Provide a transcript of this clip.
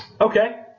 Okay